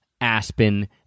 Aspen